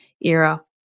era